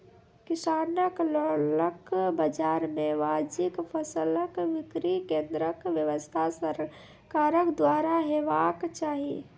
किसानक लोकल बाजार मे वाजिब फसलक बिक्री केन्द्रक व्यवस्था सरकारक द्वारा हेवाक चाही?